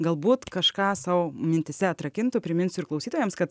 galbūt kažką sau mintyse atrakintų priminsiu ir klausytojams kad